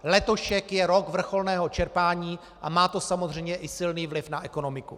Letošek je rok vrcholného čerpání a má to samozřejmě i silný vliv na ekonomiku.